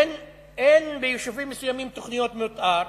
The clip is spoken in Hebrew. אין ביישובים מסוימים תוכניות מיתאר,